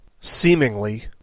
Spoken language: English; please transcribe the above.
seemingly